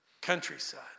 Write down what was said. countryside